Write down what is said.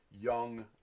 young